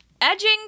Edging